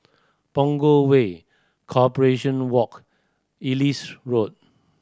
Punggol Way Corporation Walk Ellis Road